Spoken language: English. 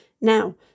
Now